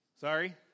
Sorry